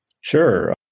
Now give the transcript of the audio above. Sure